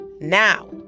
now